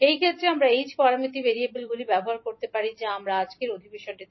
এই ক্ষেত্রে আমরা h প্যারামিটার ভেরিয়েবলগুলি ব্যবহার করতে পারি যা আমরা আজকের অধিবেশনটিতে আলোচনা করব